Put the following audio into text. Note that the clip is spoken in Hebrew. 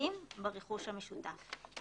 המחליטים ברכוש המשותף,